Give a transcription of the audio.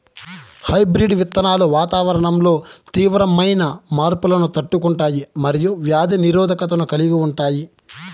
hybrid విత్తనాలు వాతావరణంలో తీవ్రమైన మార్పులను తట్టుకుంటాయి మరియు వ్యాధి నిరోధకతను కలిగి ఉంటాయి